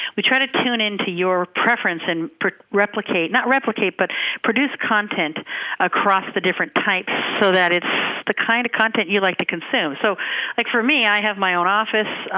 we try to tune in to you preference and replicate, not replicate, but produce content across the different types so that it's the kind of content you like to consume. so like for me, i have my own office,